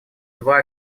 два